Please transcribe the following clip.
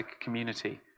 community